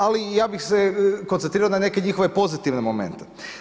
Ali ja bih se koncentrirao ne neka njihove pozitivne momente.